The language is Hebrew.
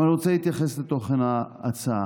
אני רוצה להתייחס לתוכן ההצעה.